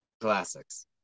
classics